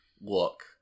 look